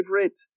favorite